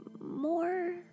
more